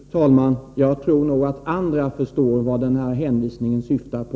Fru talman! Jag tror nog att andra förstår vad hänvisningen syftar på.